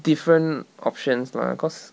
different options lah cause